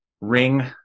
ring